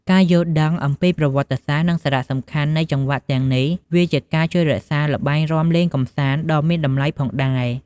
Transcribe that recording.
ការយល់ដឹងអំពីប្រវត្តិ និងសារៈសំខាន់នៃចង្វាក់ទាំងនេះ វាជាការជួយរក្សារល្បែងរាំលេងកម្សាន្តដ៏មានតម្លៃផងដែរ។